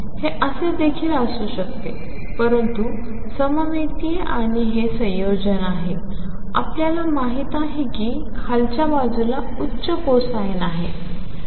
हे असे देखील असू शकते परंतु सममितीय आणि हे संयोजन आहे आपल्याला माहित आहे कि खालच्या बाजूला उच्च कोसाइन आहे